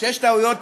כשיש טעויות,